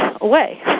away